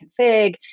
config